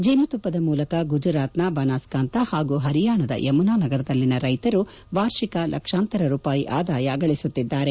ಜೇನುತುಪ್ಪದ ಮೂಲಕ ಗುಜರಾತ್ನ ಬನಸ್ಕಾಂತ ಹಾಗೂ ಹರಿಯಾಣದ ಯಮುನಾನಗರದಲ್ಲಿನ ರೈತರು ವಾರ್ಷಿಕ ಲಕ್ಷಾಂತರ ರೂಪಾಯಿ ಆದಾಯ ಗಳಿಸುತ್ತಿದ್ದಾರೆ